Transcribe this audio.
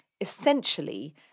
Essentially